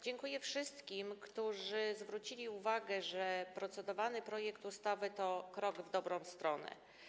Dziękuję wszystkim, którzy zwrócili uwagę na to, że procedowany projekt ustawy to krok w dobrą stronę.